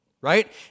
Right